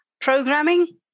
programming